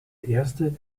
erste